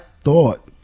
thought